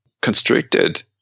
constricted